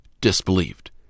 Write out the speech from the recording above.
disbelieved